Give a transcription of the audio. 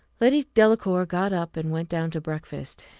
lady delacour got up, and went down to breakfast,